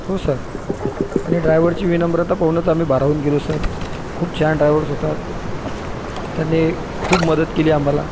हो सर आणि ड्रायवरची विनम्रता पाहूनच आम्ही भारावून गेलो सर खूप छान ड्रायवर्स होता त्यांनी खूप मदत केली आम्हाला